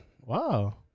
Wow